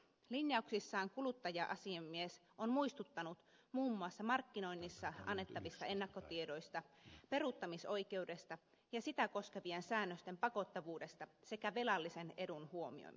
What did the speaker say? linjauksissaan kuluttaja asiamies on muistuttanut muun muassa markkinoinnissa annettavista ennakkotiedoista peruuttamisoikeudesta ja sitä koskevien säännösten pakottavuudesta sekä velallisen edun huomioimisesta